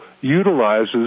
utilizes